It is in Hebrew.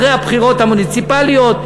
אחרי הבחירות המוניציפליות,